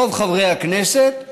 רוב חברי הכנסת כאן,